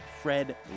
Fred